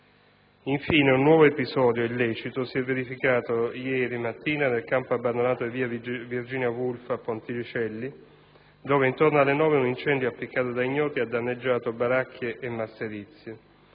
Infine, un nuovo episodio illecito si è verificato ieri mattina nel campo abbandonato di via Virginia Woolf, a Ponticelli, dove, intorno alle 9, un incendio appiccato da ignoti ha danneggiato baracche e masserizie.